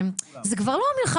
יש 90 מיליון שקלים לטיפול נמרץ האלה?